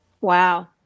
Wow